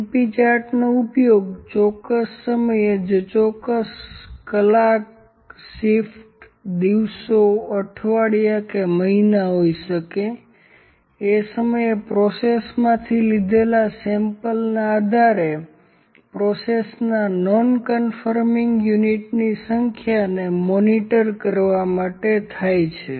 np ચાર્ટનો ઉપયોગ ચોક્કસ સમય જે ચોક્કસ કલાક સિફ્ટ દિવસો અઠવાડિયા મહિના હોઇ શકે એ સમયે પ્રોસેસમાંથી લીધેલા સેમ્પલના આધારે પ્રોસેસના નોન કન્ફર્મિંગ યુનિટની સંખ્યા ને મોનિટર કરવા માટે થાય છે